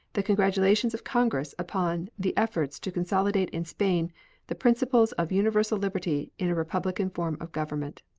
the congratulations of congress upon the efforts to consolidate in spain the principles of universal liberty in a republican form of government.